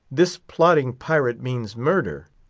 this plotting pirate means murder!